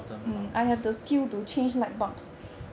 灯泡